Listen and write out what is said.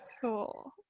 cool